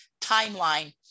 timeline